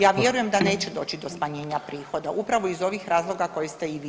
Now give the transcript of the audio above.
Ja vjerujem da neće doći do smanjenja prihoda upravo iz ovih razloga koje ste i vi naveli.